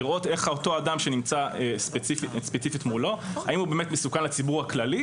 לראות את אותו אדם שנמצא ספציפית מולו האם הוא באמת מסוכן לציבור הכללי,